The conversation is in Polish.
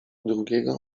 drugiego